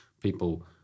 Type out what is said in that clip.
people